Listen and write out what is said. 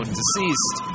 deceased